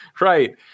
Right